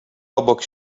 obok